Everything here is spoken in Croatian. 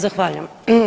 Zahvaljujem.